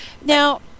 Now